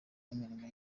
n’imirimo